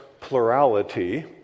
plurality